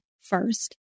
first